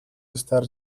estar